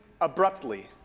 abruptly